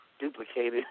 duplicated